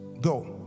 Go